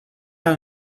out